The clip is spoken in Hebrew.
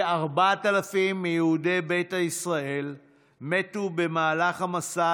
כ-4,000 יהודי ביתא ישראל מתו במהלך המסע